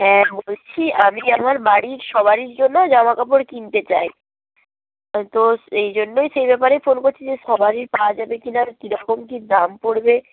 হ্যাঁ বলছি আমি আমার বাড়ির সবারির জন্য জামা কাপড় কিনতে চাই তো এই জন্যই সেই ব্যাপারে ফোন করছি যে সবারই পাওয়া যাবে কি না কীরকম কি দাম পড়বে